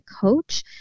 coach